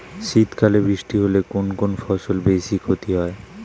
শীত কালে বৃষ্টি হলে কোন কোন ফসলের বেশি ক্ষতি হয়?